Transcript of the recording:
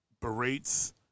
berates